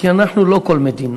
כי אנחנו לא כל מדינה.